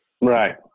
Right